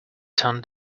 turned